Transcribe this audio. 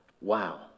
Wow